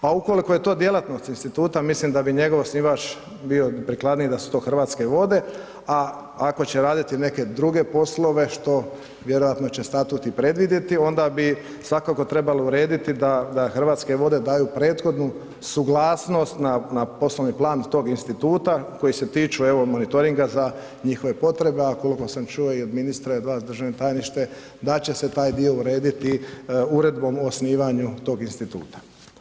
Pa ukoliko je to djelatnost instituta, mislim da bi njegov osnivač bio prikladniji da su to Hrvatske vode a ako će raditi neke druge poslove što vjerojatno će statut i predvidjeti, onda bi svakako trebalo urediti da Hrvatske vode daju prethodnu suglasnost na poslovni plan tog instituta koji se tiču evo monitoringa za njihove potrebe a koliko sam čuo i od ministra i od vas državni tajniče, da će se taj dio urediti uredbom o osnivanju tog instituta.